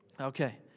Okay